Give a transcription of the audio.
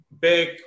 Big